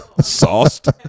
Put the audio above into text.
sauced